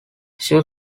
shiv